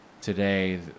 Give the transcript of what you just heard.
today